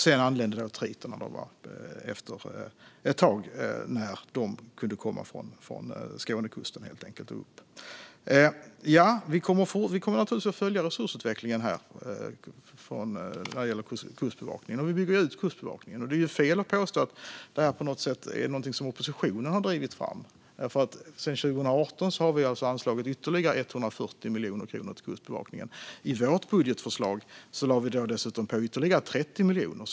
Sedan anlände Triton efter ett tag, när den kunde komma upp från Skånekusten. Vi kommer naturligtvis att följa resursutvecklingen när det gäller Kustbevakningen. Vi bygger också ut Kustbevakningen. Det är fel att påstå att detta på något sätt är någonting som oppositionen har drivit fram. Sedan 2018 har vi anslagit ytterligare 140 miljoner kronor till Kustbevakningen. I vårt budgetförslag lade vi dessutom på ytterligare 30 miljoner.